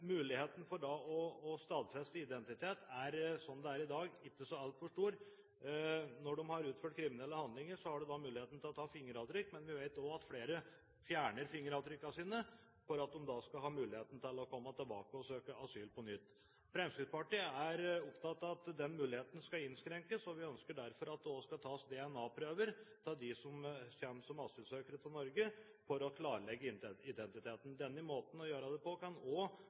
Muligheten for da å stadfeste identitet er, slik det er i dag, ikke så altfor stor. Når de har utført kriminelle handlinger, har en mulighet til å ta fingeravtrykk, men vi vet også at flere fjerner fingeravtrykkene sine for at de skal ha mulighet til å komme tilbake og søke asyl på nytt. Fremskrittspartiet er opptatt av at den muligheten skal innskrenkes, og vi ønsker derfor at det også skal tas DNA-prøver av dem som kommer som asylsøkere til Norge, for å klarlegge identiteten. Denne måten å gjøre det på kan